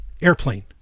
airplane